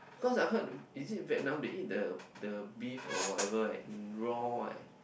cause I heard is it Vietnam they eat the the beef or whatever right in raw eh